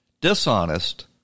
dishonest